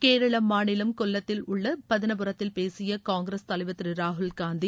கேரள மாநிலம் கொல்லத்தில் உள்ள பதனபுரத்தில் பேசிய காங்கிரஸ் தலைவர் திரு ராகுல்காந்தி